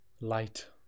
light